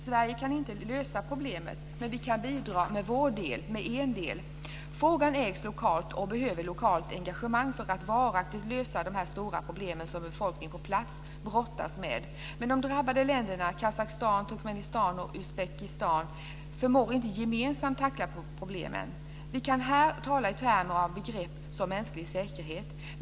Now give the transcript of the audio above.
Sverige kan inte lösa problemet, men vi kan bidra med en del. Frågan ägs lokalt och man behöver lokalt engagemang för att varaktigt lösa de stora problem som befolkningen på plats brottas med. Men de drabbade länderna Kazakstan, Turkmenistan och Uzbekistan förmår inte ensamma att tackla problemen. Vi kan här tala i termer av begrepp som mänsklig säkerhet.